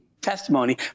testimony